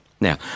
Now